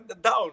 down